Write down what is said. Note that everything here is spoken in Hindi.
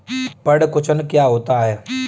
पर्ण कुंचन क्या होता है?